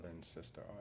sister